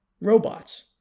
robots